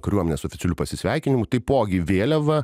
kariuomenės oficialiu pasisveikinimu taipogi vėliava